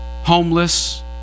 homeless